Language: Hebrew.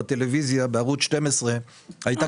בטלוויזיה בערוץ 12 הייתה כתבה.